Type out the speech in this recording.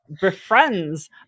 befriends